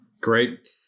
Great